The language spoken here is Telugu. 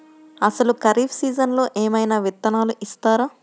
అసలు ఖరీఫ్ సీజన్లో ఏమయినా విత్తనాలు ఇస్తారా?